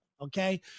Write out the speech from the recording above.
okay